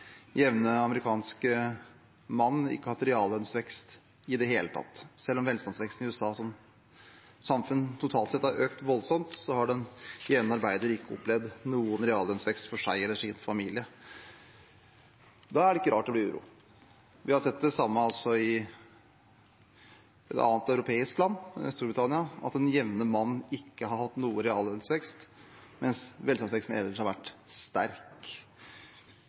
jevne amerikanske mann ikke hatt reallønnsvekst i det hele tatt. Selv om velstandsveksten i USA som samfunn totalt sett har økt voldsomt, har den jevne arbeider ikke opplevd noen reallønnsvekst for seg eller sin familie. Da er det ikke rart det blir uro. Vi har sett det samme også i et annet, europeisk, land: Storbritannia – at den jevne mann ikke har hatt noen reallønnsvekst, mens velstandsveksten ellers har vært sterk.